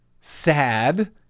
Sad